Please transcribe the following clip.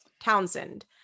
Townsend